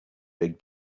big